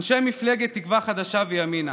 אנשי מפלגת תקווה חדשה וימינה,